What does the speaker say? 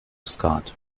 skat